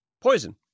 poison